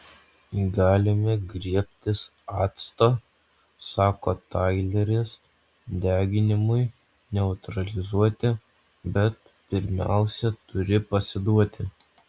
galime griebtis acto sako taileris deginimui neutralizuoti bet pirmiausia turi pasiduoti